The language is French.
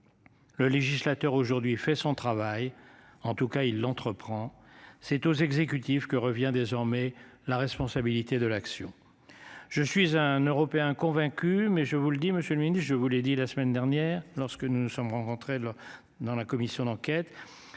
Le législateur aujourd'hui il fait son travail. En tout cas, il entreprend cette aux exécutifs que revient désormais la responsabilité de l'action. Je suis un Européen convaincu mais je vous le dis, Monsieur le midi je vous l'ai dit la semaine dernière lorsque nous nous sommes rencontrés le dans la commission d'enquête.